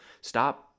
Stop